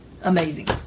Amazing